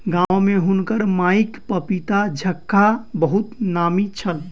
गाम में हुनकर माईक पपीताक झक्खा बहुत नामी छल